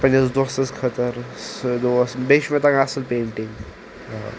پننس دوستس خٲطر سُہ دوس بییہ چھ مےٚ تگان اصل پینٛٹِنٛگ